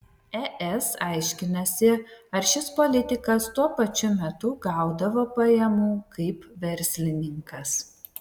es aiškinasi ar šis politikas tuo pačiu metu gaudavo pajamų kaip verslininkas